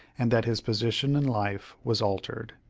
and that his position in life was altered.